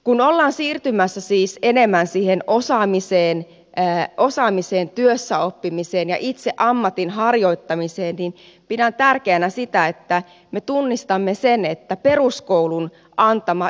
kun ollaan siis siirtymässä enemmän siihen osaamiseen työssäoppimiseen ja itse ammatin harjoittamiseen niin pidän tärkeänä sitä että me tunnistamme sen että peruskoulun antama yleissivistys korostuu